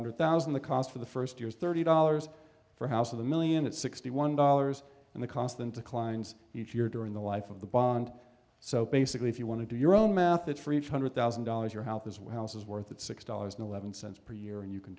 hundred thousand the cost for the first year is thirty dollars for house with a million at sixty one dollars and the constant declines each year during the life of the bond so basically if you want to do your own math that for each hundred thousand dollars your house as well house is worth it six dollars and eleven cents per year and you can